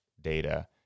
data